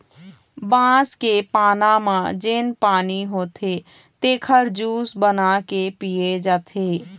बांस के पाना म जेन पानी होथे तेखर जूस बना के पिए जाथे